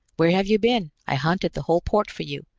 where have you been? i hunted the whole port for you!